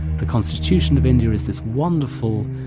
the constitution of india is this wonderful,